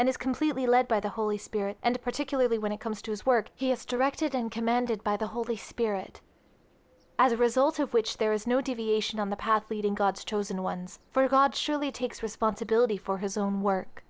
and is completely led by the holy spirit and particularly when it comes to his work he has directed and commanded by the holy spirit as a result of which there is no deviation on the path leading god's chosen ones for god surely takes responsibility for his own work